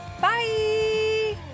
bye